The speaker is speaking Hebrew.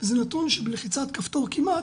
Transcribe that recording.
זה נתון שבלחיצת כפתור כמעט,